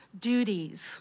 duties